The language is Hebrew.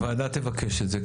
הוועדה תבקש את זה,